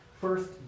first